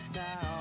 now